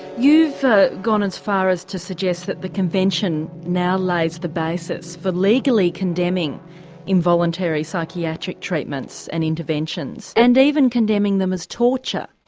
you've gone as far as to suggest that the convention now lays the basis for legally condemning involuntary psychiatric treatments and interventions and even condemning them as torture.